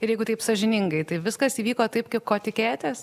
ir jeigu taip sąžiningai tai viskas įvyko taip ko tikėjotės